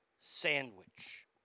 sandwich